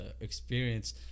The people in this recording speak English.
experience